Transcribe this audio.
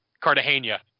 Cartagena